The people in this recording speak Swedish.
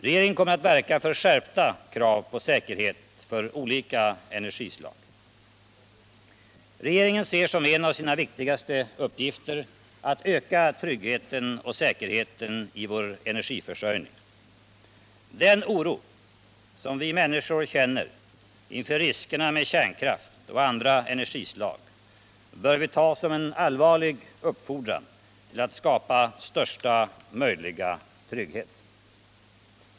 Regeringen kommer att verka för skärpta krav på säkerhet för olika energislag. Regeringen ser som en av sina viktigaste uppgifter att öka tryggheten och säkerheten i vår energiförsörjning. Den oro som vi människor känner inför riskerna med kärnkraft och andra energislag bör vi ta som en allvarlig uppfordran till att skapa största möjliga trygghet.